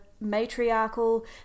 matriarchal